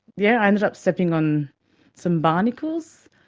yeah i ended up stepping on some barnacles.